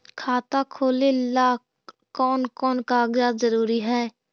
खाता खोलें ला कोन कोन कागजात जरूरी है?